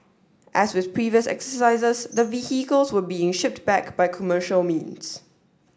as with previous exercises the vehicles were being shipped back by commercial means